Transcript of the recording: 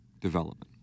development